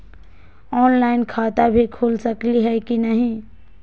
Online खाता भी खुल सकली है कि नही?